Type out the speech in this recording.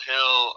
Hill